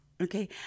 Okay